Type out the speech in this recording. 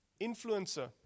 Influencer